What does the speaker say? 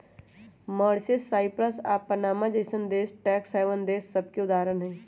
Mauritius, Cyprus आऽ Panama जइसन्न देश टैक्स हैवन देश सभके उदाहरण हइ